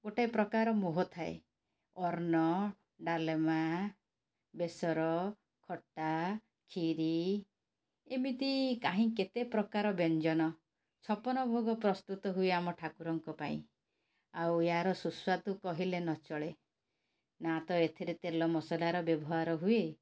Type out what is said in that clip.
ଗୋଟେ ପ୍ରକାର ମୋହ ଥାଏ ଅନ୍ନ ଡାଲେମା ବେସର ଖଟା ଖିରୀ ଏମିତି କାହିଁ କେତେ ପ୍ରକାର ବ୍ୟଞ୍ଜନ ଛପନ ଭୋଗ ପ୍ରସ୍ତୁତ ହୁଏ ଆମ ଠାକୁରଙ୍କ ପାଇଁ ଆଉ ଆର ସୁସ୍ୱାଦୁ କହିଲେ ନଚଳେ ନା ତ ଏଥିରେ ତେଲ ମସଲାର ବ୍ୟବହାର ହୁଏ